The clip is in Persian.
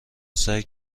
سعی